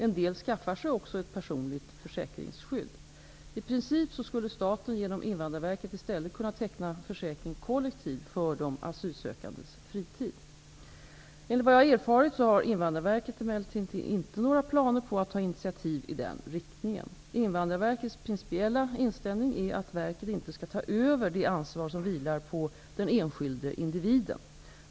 En del skaffar sig också ett personligt försäkringsskydd. I princip skulle staten genom Invandrarverket i stället kunna teckna försäkring kollektivt för de asylsökandes fritid. Enligt vad jag erfarit har Invandrarverket emellertid inte några planer på att ta initiativ i den riktningen. Invandrarverkets principiella inställning är att verket inte skall ta över det ansvar som vilar på den enskilde individen.